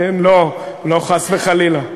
לא, חס וחלילה.